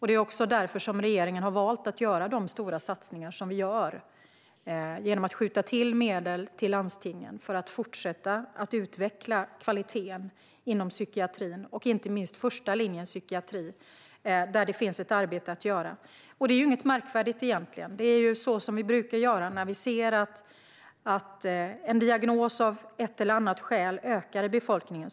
Det är också därför som regeringen har valt att göra de stora satsningar som vi gör genom att skjuta till medel till landstingen för att fortsätta utveckla kvaliteten inom psykiatrin, inte minst första linjens psykiatri, där det finns ett arbete att göra. Det är inget märkvärdigt egentligen. Det är ju så vi brukar göra när vi ser att en diagnos av ett eller annat skäl ökar i befolkningen.